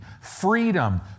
freedom